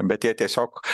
bet jie tiesiog